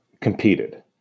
competed